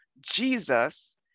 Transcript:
Jesus